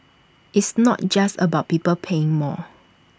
it's not just about people paying more